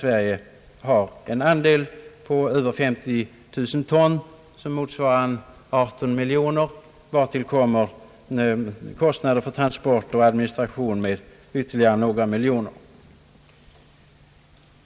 Sveriges andel är 54 000 ton, motsvarande ungefär 18 miljoner kronor, vartill kommer kostnader för transporter och administration med ytterligare fyra miljoner.